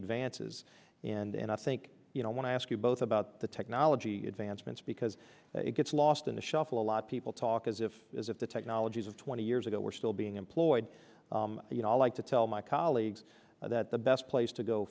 advances and i think you know i want to ask you both about the technology advancements because it gets lost in the shuffle a lot people talk as if as if the technologies of twenty years ago were still being employed you know i like to tell my colleagues that the best place to go